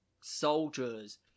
soldiers